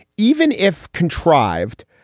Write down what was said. even if contrived,